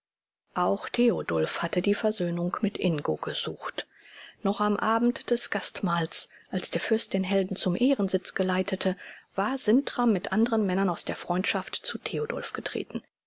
auch theodulf hatte die versöhnung mit ingo gesucht noch am abend des gastmahls als der fürst den helden zum ehrensitz geleitete war sintram mit anderen männern aus der freundschaft zu theodulf getreten